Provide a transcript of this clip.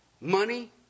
Money